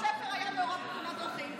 כשיהודה שפר היה מעורב בתאונת דרכים,